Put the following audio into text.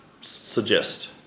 suggest